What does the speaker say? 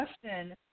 question